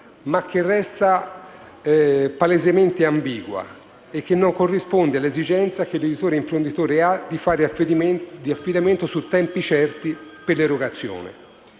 ma resta palesemente ambigua e non corrisponde all'esigenza che l'editore imprenditore ha di fare affidamento su tempi certi per l'erogazione.